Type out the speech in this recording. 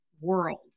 world